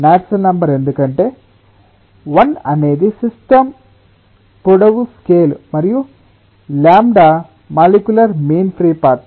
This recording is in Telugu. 1Knudsen number ఎందుకంటే l అనేది సిస్టమ్ పొడవు స్కేల్ మరియు lambda molecular mean free path